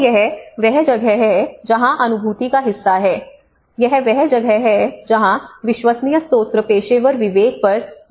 तो यह वह जगह है जहां अनुभूति का हिस्सा है यह वह जगह है जहां विश्वसनीय स्रोत पेशेवर विवेक पर विश्वसनीय जानकारी देते हैं